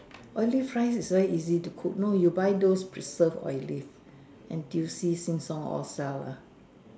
Olive rice is so easy to cook no you buy those preserve Olive N_T_U_C Sheng-Siong all sell ah